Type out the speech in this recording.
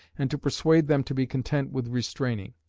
and to persuade them to be content with restraining.